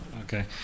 Okay